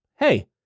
Hey